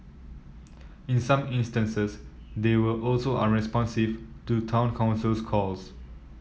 in some instances they were also unresponsive to Town Council's calls